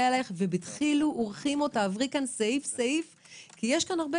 אליך ובדחילו ורחימו תעברי סעיף-סעיף כי יש הרבה